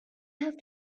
have